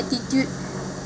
attitude